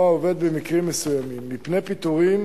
או עובד, במקרים מסוימים מפני פיטורים